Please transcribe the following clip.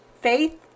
Faith